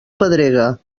pedrega